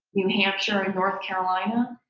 new hampshire, and north carolina.